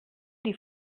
die